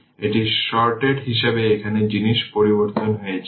সুতরাং i 4 Ω resistance এর মধ্য দিয়ে এই স্রোতের দিকটি এভাবে দেওয়া হয়